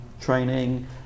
training